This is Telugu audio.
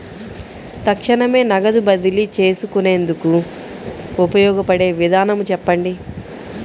తక్షణమే నగదు బదిలీ చేసుకునేందుకు ఉపయోగపడే విధానము చెప్పండి?